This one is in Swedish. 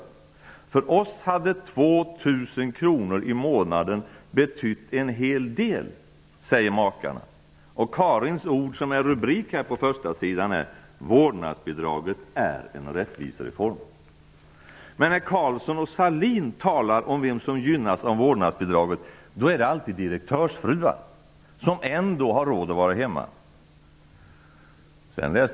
Makarna säger: För oss hade 2 000 kronor i månaden betytt en hel del. Karins ord, som är rubrik på första sidan, är: Vårdnadsbidraget är en rättvisereform. Men när Carlsson och Sahlin talar om vem som gynnas av vårdnadsbidraget är det alltid direktörsfruar som ändå har råd att vara hemma.